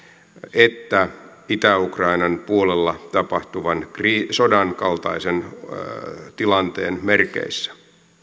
että itä ukrainan puolella tapahtuvan sodan kaltaisen tilanteen merkeissä